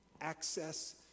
access